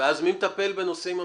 ומי מטפל בנושאים המשפטיים?